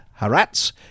Haratz